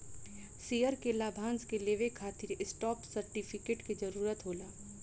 share के लाभांश के लेवे खातिर स्टॉप सर्टिफिकेट के जरूरत होला